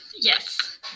Yes